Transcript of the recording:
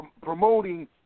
promoting